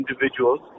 individuals